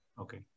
Okay